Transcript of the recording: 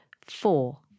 four